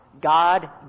God